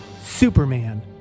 Superman